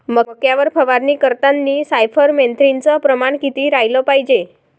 मक्यावर फवारनी करतांनी सायफर मेथ्रीनचं प्रमान किती रायलं पायजे?